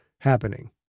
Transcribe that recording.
happening